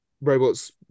robots